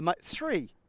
Three